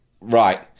right